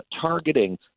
targeting